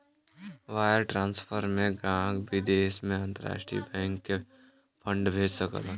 wire transfer में ग्राहक विदेश में अंतरराष्ट्रीय बैंक के फंड भेज सकलन